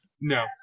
No